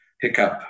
hiccup